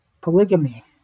polygamy